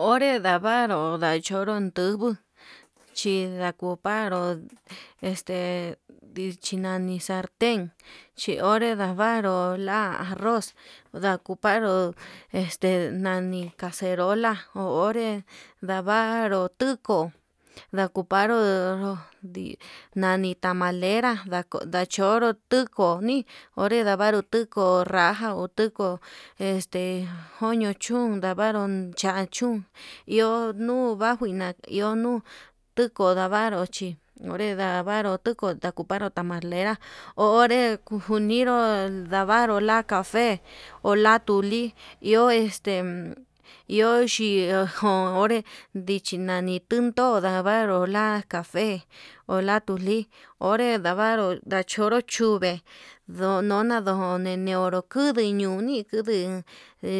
Onre ndavaru nanturu chubuu chí, ndakuparu este nani salten chi onre ndavaru nda arroz, ndakuparo este nani caserola ho onré ndavaru tukuu ndakuparu dii nani tamalera ndako ndachoro nduko noni, ondevaru tuko raja ho tuko este joño chón este ndavaru cha chún iho nuu njuajuina iho nuu tiko ndavro chí, onre ndavaru tuku ndakuparo tamalera ho onré tujuniru el ndavaru la'a cafe ho la tuli iho este, iho xhijo onré ndichi nani tindo lavanru la cafe o la toli, onré ndavaru ndachoro chule ndo nona ndio nikudi ñoo ñoni kudii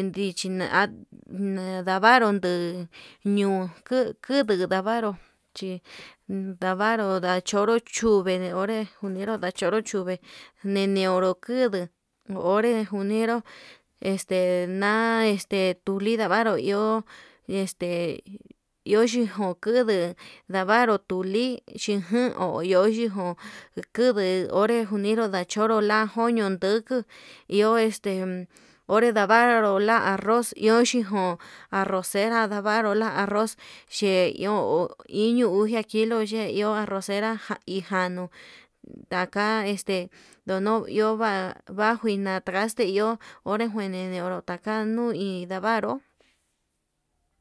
ndichi na'a, nadavaru nduu ñuu kuu ndavaru chi ndavaru ndachoro chuve onré njuniru ndachoro chuve, ninioru kudii onré kunidu este na'a este tudii lavaru iho este iho xhikuu njuduu, davaruu tuli ndavaru iho este iho xhijun kuduu ndavaruu tuli xhin jaun kudii uniru ndachoro la joño ndukuu, iho este onre ndavaru la arroz iho xekun arrocera ndavaru la arroz xhe iho iño uxia kilo ye'e iho arrocera ja hijanuu ndakan este yono ihova vanjuina ndagate iho onre njuini ionro taka nuui ndavaru.